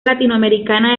latinoamericana